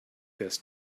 this